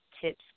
tips